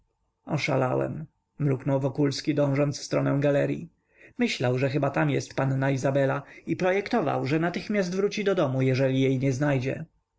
sprzedany oszalałem mruknął wokulski dążąc w stronę galeryi myślał że chyba tam jest panna izabela i projektował że natychmiast wróci do domu jeżeli jej nie znajdzie